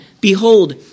behold